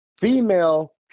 female